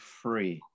free